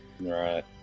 Right